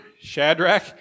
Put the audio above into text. Shadrach